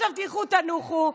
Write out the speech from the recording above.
עכשיו תלכו ותנוחו,